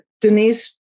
Denise